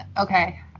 okay